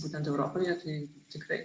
būtent europoje tai tikrai